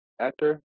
actor